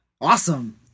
Awesome